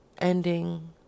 ending